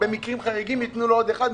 במקרים חריגים ייתנו לו עוד אחד,